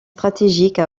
stratégique